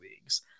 leagues